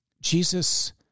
Jesus